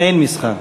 אין מסחר.